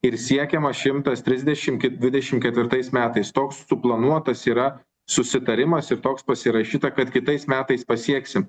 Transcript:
ir siekiama šimtas trisdešimt iki dvidešimt ketvirtais metais toks suplanuotas yra susitarimas ir toks pasirašyta kad kitais metais pasieksim